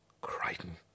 Crichton